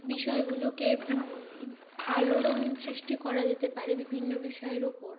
বিষয়গুলোকে আলোড়ন সৃষ্টি করা যেতে পারে বিভিন্ন বিষয়ের উপর